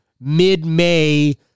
mid-May